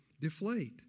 deflate